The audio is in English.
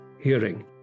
hearing